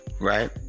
right